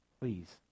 Please